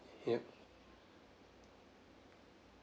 yup